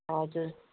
हजुर